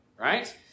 right